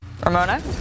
Ramona